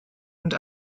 und